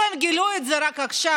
אם הם גילו את זה רק עכשיו,